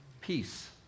peace